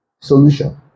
solution